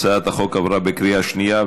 הצעת החוק עברה בקריאה שנייה,